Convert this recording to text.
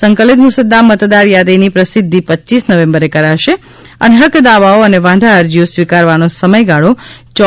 સંકલિત મુસદા મતદાર યાદીની પ્રસિધ્ધિ રપ નવેમ્બરે કરાશે અને હકક દાવાઓ અને વાંધા અરજીઓ સ્વીકારવાનો સમયગાળો તા